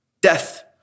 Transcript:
Death